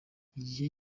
igihe